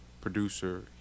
producer